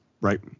Right